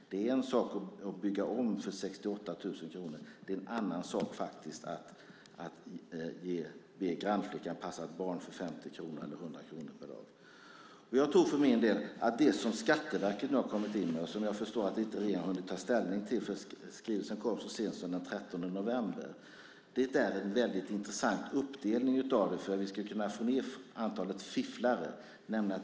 Det är en sak att bygga om för 68 000 kronor; det är faktiskt en annan sak att ge grannflickan 50 eller 100 kronor per gång för att passa ett barn. Jag tror för min del att det förslag om uppdelning som Skatteverket har kommit in med, och som jag förstår att regeringen inte har hunnit ta ställning till eftersom skrivelsen kom så sent som den 13 november, är väldigt intressant för att vi ska kunna få ned antalet fifflare.